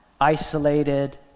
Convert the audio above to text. Isolated